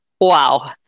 Wow